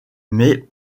mais